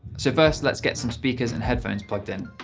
so first lets get some speakers and headphones plugged in.